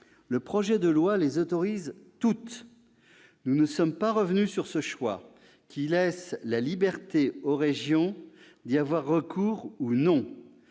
le projet de loi les autorise toutes. Nous ne sommes pas revenus sur ce choix qui laisse la liberté aux régions d'y avoir recours ou non.